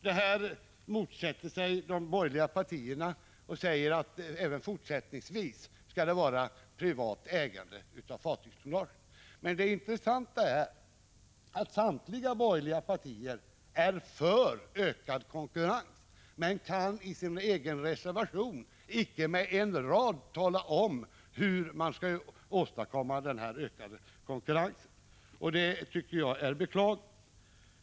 Det här motsatte sig de borgerliga partierna och sade att även fortsättningsvis skall det vara privat ägande av fartygstonnaget. Det intressanta är att samtliga borgerliga partier är för ökad konkurrens men i sin egen reservation icke med en rad har talat om hur man skall åstadkomma denna ökade konkurrens. Det tycker jag är beklagligt.